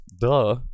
Duh